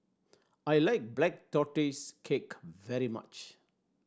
I like Black Tortoise Cake very much